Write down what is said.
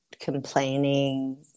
complaining